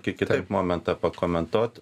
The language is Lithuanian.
kiek kitaip momentą pakomentuot